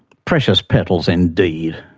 precious petals indeed!